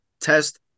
test